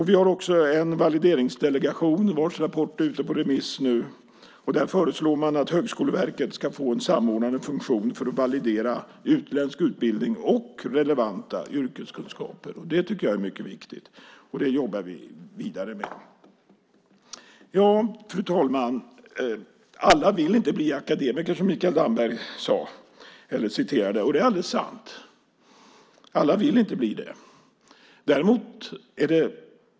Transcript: Vi har också en valideringsdelegation vars rapport är ute på remiss. Där föreslår man att Högskoleverket ska få en samordnande funktion för att validera utländsk utbildning och relevanta yrkeskunskaper. Det tycker jag är mycket viktigt. Det jobbar vi vidare med. Fru talman! Alla vill inte bli akademiker, citerade Mikael Damberg, och det är alldeles sant. Alla vill inte bli det.